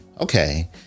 okay